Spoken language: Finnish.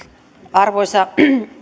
arvoisa